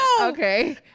okay